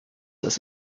das